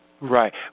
Right